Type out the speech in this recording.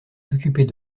s’occuper